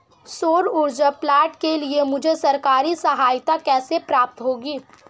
सौर ऊर्जा प्लांट के लिए मुझे सरकारी सहायता कैसे प्राप्त होगी?